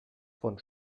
von